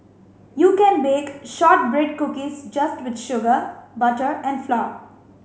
you can bake shortbread cookies just with sugar butter and flour